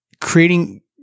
creating